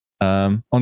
on